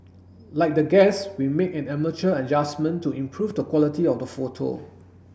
like the guests we made an amateur adjustment to improve the quality of the photo